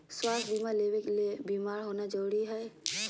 स्वास्थ्य बीमा लेबे ले बीमार होना जरूरी हय?